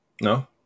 No